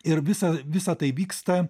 ir visa visa tai vyksta